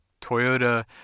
Toyota